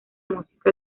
música